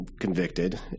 convicted